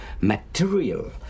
material